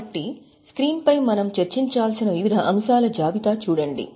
కాబట్టి స్క్రీన్ పై మనం చర్చించాల్సిన వివిధ అంశాల జాబితా చూడండి